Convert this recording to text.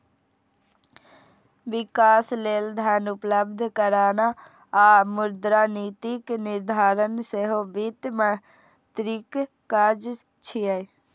विकास लेल धन उपलब्ध कराना आ मुद्रा नीतिक निर्धारण सेहो वित्त मंत्रीक काज छियै